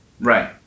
Right